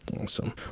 Awesome